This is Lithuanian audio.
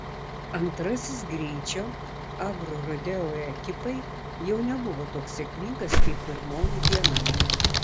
antrasis greičio agrorodeo ekipai jau nebuvo toks sėkmingas kaip pirmoji diena